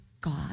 God